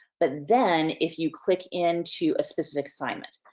but then, if you click into a specific assignment.